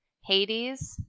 Hades